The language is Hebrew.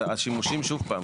השימושים שוב פעם,